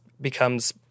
becomes